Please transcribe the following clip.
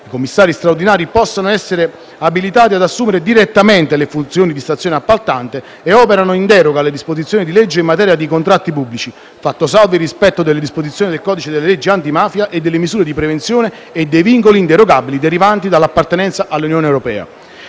I commissari straordinari possono essere abilitati ad assumere direttamente le funzioni di stazione appaltante e operano in deroga alle disposizioni di legge in materia di contratti pubblici, fatto salvo il rispetto delle disposizioni del codice delle leggi antimafia e delle misure di prevenzione e dei vincoli inderogabili derivanti dall'appartenenza all'Unione europea.